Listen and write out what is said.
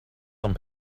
some